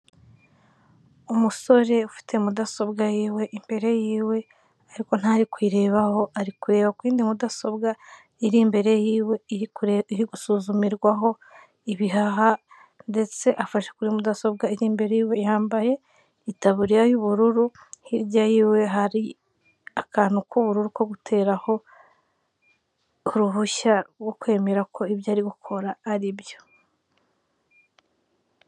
Umusore ufite mudasobwa y'iwe imbere y'iwe ariko ntari kuyirebaho ari kureba ku yindi mudasobwa iri imbere y'iwe iri gusuzumirwaho ibihaha, ndetse afashe kuri mudasobwa iri imbere y'iwe, yambaye itaburiya y'ubururu, hirya y'iwe hari akantu k'ubururu ko guteraho ku ruhushya rwo kwemera ko ibyo ari gukora ari byo.